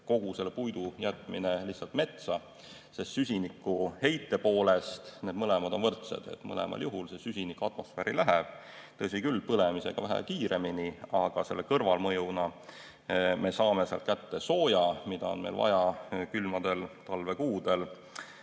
kogu selle puidu jätmine lihtsalt metsa, sest süsinikuheite poolest on need mõlemad võrdsed. Mõlemal juhul see süsinik atmosfääri läheb, tõsi küll, põlemisega vähe kiiremini, aga kõrvalmõjuna me saame sealt kätte sooja, mida on meil vaja külmadel talvekuudel,